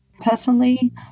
Personally